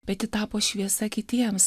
bet ji tapo šviesa kitiems